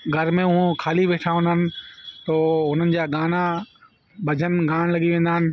घर में हू खाली वेठा हूंदा आहिनि पोइ हुननि जा गाना भॼन ॻाइण लॻी वेंदा आहिनि